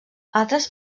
altres